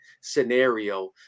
scenario